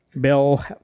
Bill